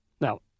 Now